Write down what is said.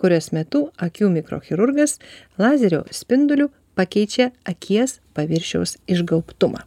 kurios metu akių mikrochirurgas lazerio spinduliu pakeičia akies paviršiaus išgaubtumą